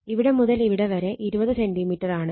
ഇവിടെ മുതൽ ഇവിടെ വരെ 20 സെന്റിമീറ്റർ ആണ്